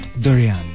Durian